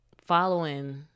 following